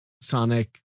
Sonic